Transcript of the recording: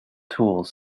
tools